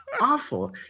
awful